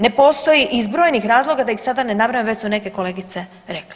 Ne postoji iz brojnih razloga da ih sada ne nabrajam već su neke kolegice rekle.